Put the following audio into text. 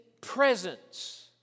presence